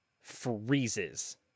freezes